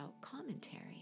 commentary